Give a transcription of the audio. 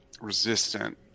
resistant